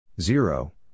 Zero